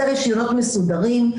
אלה רשיונות מסודרים,